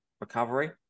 recovery